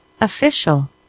official